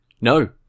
No